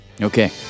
Okay